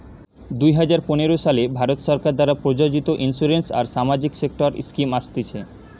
দুই হাজার পনের সালে ভারত সরকার দ্বারা প্রযোজিত ইন্সুরেন্স আর সামাজিক সেক্টর স্কিম আসতিছে